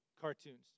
cartoons